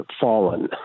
fallen